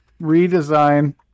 redesign